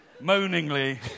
moaningly